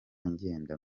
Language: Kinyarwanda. ngenda